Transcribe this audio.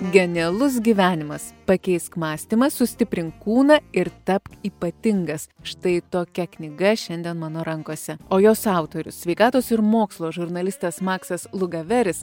genialus gyvenimas pakeisk mąstymą sustiprink kūną ir tapk ypatingas štai tokia knyga šiandien mano rankose o jos autorius sveikatos ir mokslo žurnalistas maksas lugaveris